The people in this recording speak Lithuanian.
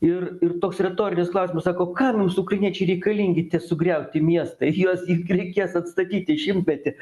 ir ir toks retorinis klausimas sako kam mums ukrainiečiai reikalingi tie sugriauti miestai juos reikės atstatyti šimtmetį